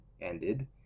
ended